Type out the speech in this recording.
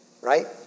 Right